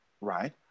right